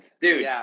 Dude